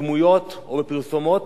דמויות בפרסומות.